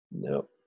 Nope